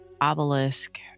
obelisk